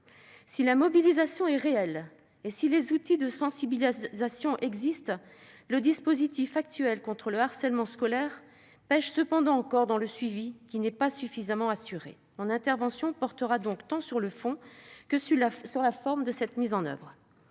Si la mobilisation est réelle et si les outils de sensibilisation existent, le dispositif actuel contre le harcèlement scolaire pèche encore dans le suivi, qui n'est pas suffisamment assuré. Mon intervention portera donc tant sur le fond que sur la forme de cette mise en oeuvre.